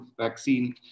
vaccine